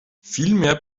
vielmehr